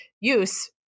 use